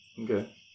Okay